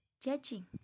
judging